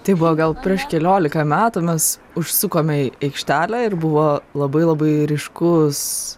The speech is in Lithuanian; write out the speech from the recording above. tai buvo gal prieš keliolika metų mes užsukome į aikštelę ir buvo labai labai ryškus